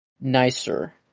nicer